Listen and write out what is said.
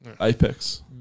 Apex